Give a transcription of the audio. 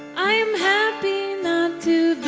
i'm happy not to